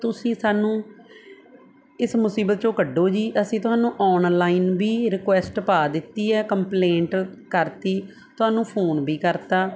ਤੁਸੀਂ ਸਾਨੂੰ ਇਸ ਮੁਸੀਬਤ 'ਚੋਂ ਕੱਢੋ ਜੀ ਅਸੀਂ ਤੁਹਾਨੂੰ ਆਨਲਾਈਨ ਵੀ ਰਿਕੁਐਸਟ ਪਾ ਦਿੱਤੀ ਹੈ ਕੰਪਲੇਂਟ ਕਰਤੀ ਤੁਹਾਨੂੰ ਫੋਨ ਵੀ ਕਰਤਾ